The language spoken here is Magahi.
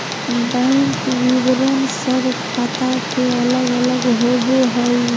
बैंक विवरण सब ख़ाता के अलग अलग होबो हइ